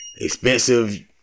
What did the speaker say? expensive